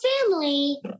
family